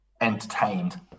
entertained